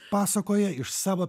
pasakoja iš savo